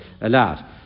allowed